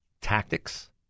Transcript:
tactics